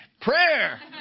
prayer